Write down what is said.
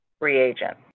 reagent